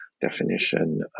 definition